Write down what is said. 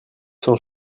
sans